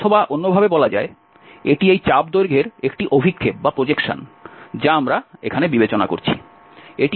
অথবা অন্যভাবে বলা যায় এটি এই চাপ দৈর্ঘ্যের একটি অভিক্ষেপ যা আমরা এখানে বিবেচনা করছি